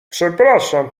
przepraszam